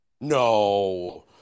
No